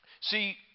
See